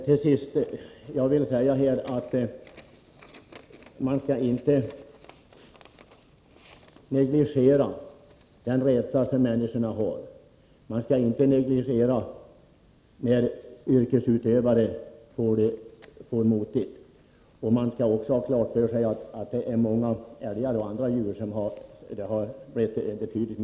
Herr talman! Till sist: Man skall inte negligera människors rädsla och det förhållandet att yrkesutövare får det motigt. Man skall ha klart för sig att antalet älgar och andra djur har minskat betydligt.